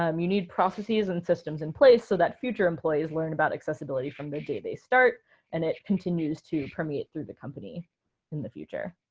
um you need processes and systems in place so that future employees learn about accessibility from the day they start and it continues to permeate through the company in the future.